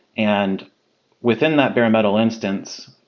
and within that bare metal instance,